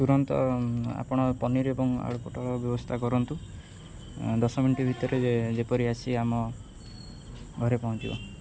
ତୁରନ୍ତ ଆପଣ ପନିର ଏବଂ ଆଳୁପୋଟଳର ବ୍ୟବସ୍ଥା କରନ୍ତୁ ଦଶ ମିନିଟ୍ ଭିତରେ ଯେପରି ଆସି ଆମ ଘରେ ପହଞ୍ଚିବ